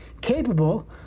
capable